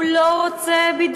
הוא לא רצה את חברי הסיעה שלו.